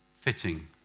fitting